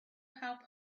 how